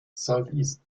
southeast